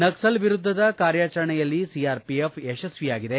ನಕ್ಸಲ್ ವಿರುದ್ದದ ಕಾರ್ಯಾಚರಣೆಯಲ್ಲಿ ಸಿಆರ್ಪಿಎಫ್ ಯಶಸ್ತಿಯಾಗಿದೆ